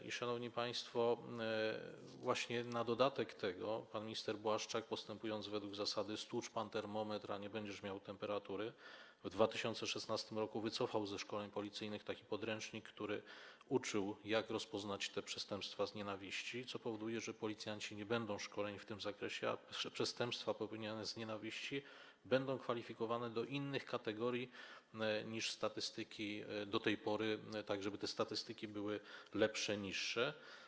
I, szanowni państwo, na dodatek pan minister Błaszczak, postępując według zasady „stłucz pan termometr, a nie będziesz miał temperatury”, w 2016 r. wycofał podręcznik do szkoleń policyjnych, który uczył, jak rozpoznawać przestępstwa z nienawiści, co powoduje, że policjanci nie będą szkoleni w tym zakresie, a przestępstwa popełniane z nienawiści będą kwalifikowane do innych kategorii niż w statystykach do tej pory, tak żeby te statystyki były lepsze, niższe.